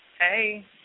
Hey